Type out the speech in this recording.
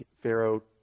Pharaoh